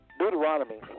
Deuteronomy